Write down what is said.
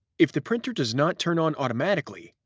if the printer does not turn on automatically,